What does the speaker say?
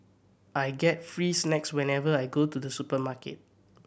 I get free snacks whenever I go to the supermarket